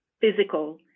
physical